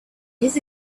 his